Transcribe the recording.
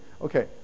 Okay